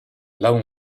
laon